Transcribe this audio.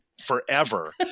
forever